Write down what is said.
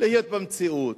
להיות במציאות,